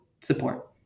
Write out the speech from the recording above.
support